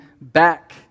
back